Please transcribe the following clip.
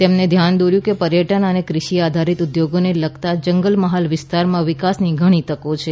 તેમણે ધ્યાન દોર્યું કે પર્યટન અને કૃષિ આધારિત ઉદ્યોગોને લગતા જંગલમહાલ વિસ્તારમાં વિકાસની ઘણી તકો છે